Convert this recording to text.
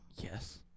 Yes